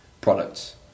products